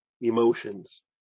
emotions